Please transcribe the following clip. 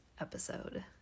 episode